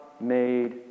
made